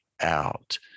out